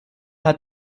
hat